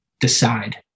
decide